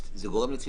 זה גורם לצפיפות.